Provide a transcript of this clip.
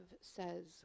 says